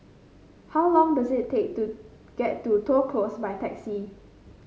how long does it take to get to Toh Close by taxi